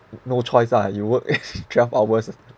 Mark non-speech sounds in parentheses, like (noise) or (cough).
no choice ah you work (laughs) twelve hours (laughs)